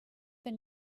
been